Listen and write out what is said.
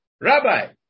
Rabbi